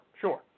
Sure